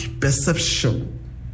perception